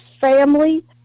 family